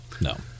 No